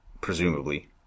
presumably